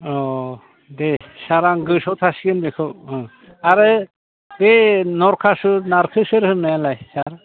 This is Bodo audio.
अ दे सार आं गोसोआव थासिगोन बेखौ अ आरो बे नरखासुर नारखेसोर होननायालाय सार